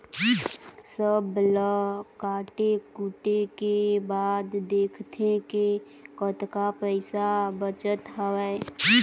सब ल काटे कुटे के बाद देखथे के कतका पइसा बचत हवय